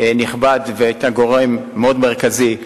נכבד והיתה גורם מאוד מרכזי בוועדה,